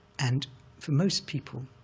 and for most people,